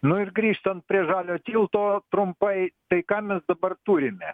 nu ir grįžtant prie žaliojo tilto trumpai tai ką mes dabar turime